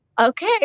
okay